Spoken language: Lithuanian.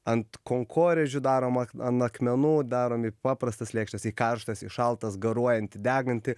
ant kankorėžių darom an akmenų darom į paprastas lėkštes į karštasį šaltas garuojantį degantį